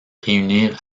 réunir